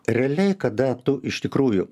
realiai kada tu iš tikrųjų